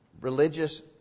religious